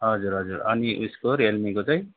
हजुर हजुर अनि उयसको रियलमीको चाहिँ